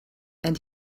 and